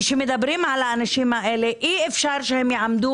כשמדברים על האנשים האלה אי-אפשר שהם יעמדו